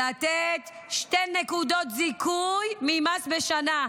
לתת שתי נקודות זיכוי ממס בשנה.